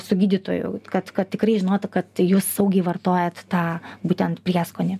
su gydytoju kad kad tikrai žinotų kad jūs saugiai vartojat tą būtent prieskonį